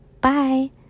bye